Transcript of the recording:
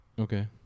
Okay